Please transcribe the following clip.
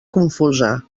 confusa